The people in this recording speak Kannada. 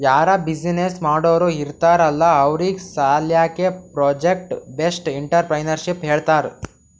ಯಾರೂ ಬಿಸಿನ್ನೆಸ್ ಮಾಡೋರ್ ಇರ್ತಾರ್ ಅಲ್ಲಾ ಅವ್ರಿಗ್ ಸಾಲ್ಯಾಕೆ ಪ್ರೊಜೆಕ್ಟ್ ಬೇಸ್ಡ್ ಎಂಟ್ರರ್ಪ್ರಿನರ್ಶಿಪ್ ಹೇಳ್ತಾರ್